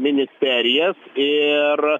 ministerijas ir